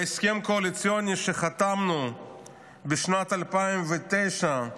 בהסכם הקואליציוני שחתמנו בשנת 2009,